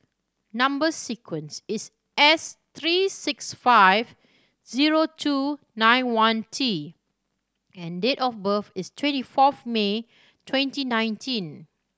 number sequence is S three six five zero two nine one T and date of birth is twenty fourth May twenty nineteen